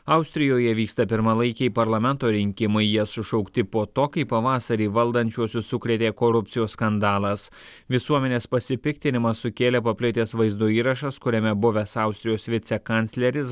austrijoje vyksta pirmalaikiai parlamento rinkimai jie sušaukti po to kai pavasarį valdančiuosius sukrėtė korupcijos skandalas visuomenės pasipiktinimą sukėlė paplitęs vaizdo įrašas kuriame buvęs austrijos vicekancleris